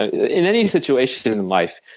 ah in any situation in life,